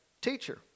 Teacher